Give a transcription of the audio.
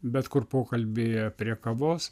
bet kur pokalbyje prie kavos